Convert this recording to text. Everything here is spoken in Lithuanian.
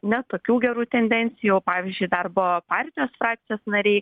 ne tokių gerų tendencijų o pavyzdžiui darbo partijos frakcijos nariai